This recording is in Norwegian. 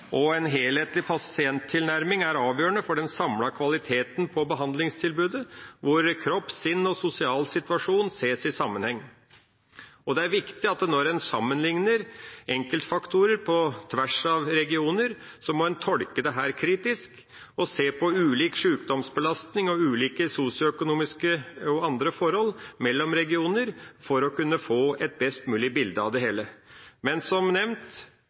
og en helhetlig pasienttilnærming er avgjørende for den samlede kvaliteten på behandlingstilbudet hvor kropp, sinn og sosial situasjon ses i sammenheng. Når en sammenlikner enkeltfaktorer på tvers av regioner, er det viktig at en tolker dette kritisk og ser på ulik sjukdomsbelastning og ulike sosioøkonomiske og andre forhold mellom regioner for å kunne få et best mulig bilde av det hele. Men, som nevnt,